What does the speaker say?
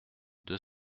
deux